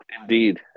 Indeed